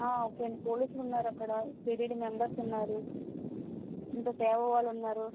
ఓకేండి పోలీసులున్నారక్కడ TTD members ఉన్నారు ఇంకా సేవా వాళ్ళున్నారు